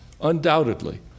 undoubtedly